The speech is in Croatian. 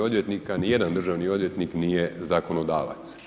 odvjetnika nijedan državni odvjetnik nije zakonodavac.